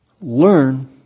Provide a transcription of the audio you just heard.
Learn